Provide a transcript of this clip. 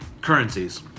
currencies